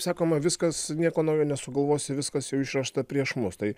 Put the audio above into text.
sakoma viskas nieko naujo nesugalvosi viskas jau išrasta prieš mus tai